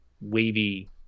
wavy